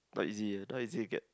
not easy ah not easy to get